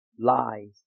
lies